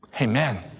Amen